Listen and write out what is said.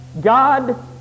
God